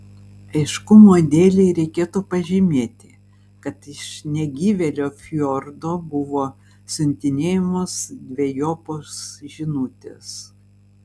aiškumo dėlei reikėtų pažymėti kad iš negyvėlio fjordo buvo siuntinėjamos dvejopos žinutės